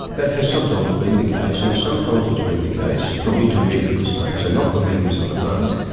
that has sometimes been the case and sometimes it's been the case from intermediaries so not the members of the funds,